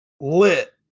lit